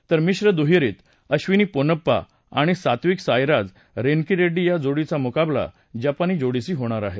तर मिश्र दुहेरीत अधिनी पोनप्पा आणि सात्विकसाईराज रेन्कीरेङ्डी या जोड़ीचा मुकाबला जापानी जोड़ीशी होईल